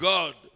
God